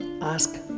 ask